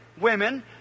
Women